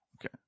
Okay